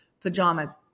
pajamas